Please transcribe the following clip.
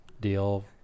deal